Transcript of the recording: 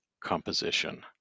composition